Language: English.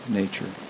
nature